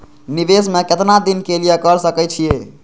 निवेश में केतना दिन के लिए कर सके छीय?